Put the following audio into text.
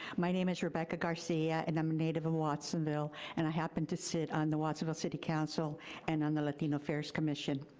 my name is rebecca garcia and i'm a native of watsonville and i happened to sit on the watsonville city council and on the latino affairs commission.